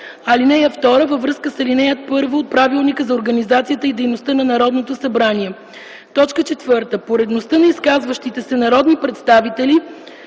ал. 2 във връзка с ал. 1 от Правилника за организацията и дейността на Народното събрание. 4. Поредността на изказващите се народни представители